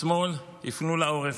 בשמאל הפנו לה עורף,